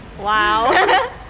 Wow